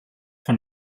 von